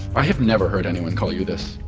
i have never heard anyone call you this,